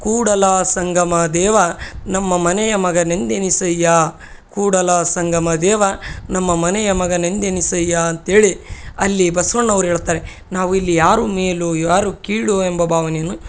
ಕೂಡಲ ಸಂಗಮ ದೇವಾ ನಮ್ಮ ಮನೆಯ ಮಗನೆಂದೆನಿಸಯ್ಯಾ ಕೂಡಲ ಸಂಗಮ ದೇವ ನಮ್ಮ ಮನೆಯ ಮಗನೆಂದೆನಿಸಯ್ಯಾ ಅಂಥೇಳಿ ಅಲ್ಲಿ ಬಸವಣ್ಣವರು ಹೇಳ್ತಾರೆ ನಾವು ಇಲ್ಲಿ ಯಾರು ಮೇಲು ಯಾರು ಕೀಳು ಎಂಬ ಭಾವನೆಯನ್ನು